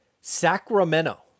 Sacramento